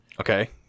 Okay